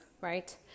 right